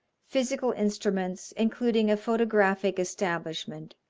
physical instruments, including a photographic establishment,